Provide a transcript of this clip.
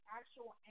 actual